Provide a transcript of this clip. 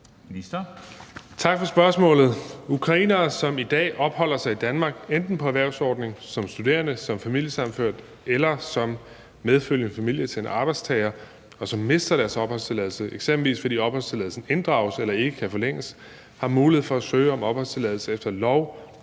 Tak for spørgsmålet. Ukrainere, som i dag opholder sig i Danmark, enten på en erhvervsordning, som studerende, som familiesammenført eller som medfølgende familie til en arbejdstager, og som mister deres opholdstilladelse, eksempelvis fordi opholdstilladelsen inddrages eller ikke kan forlænges, har mulighed for at søge om opholdstilladelse efter lov